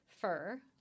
fur